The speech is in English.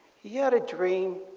he had a dream.